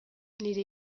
nire